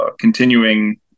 continuing